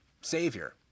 savior